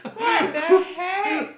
what the heck